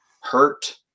hurt